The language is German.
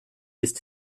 ist